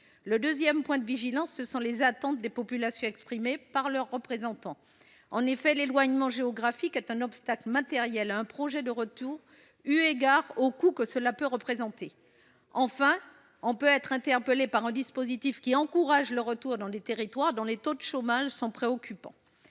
Le deuxième point de vigilance porte sur les attentes des populations, telles que les expriment leurs représentants. En effet, l’éloignement géographique est un obstacle matériel à un projet de retour, eu égard au coût que cela peut représenter. Enfin, on peut s’inquiéter de ce que le dispositif encourage le retour dans des territoires où le taux de chômage est préoccupant.